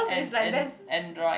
and and android